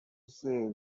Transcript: says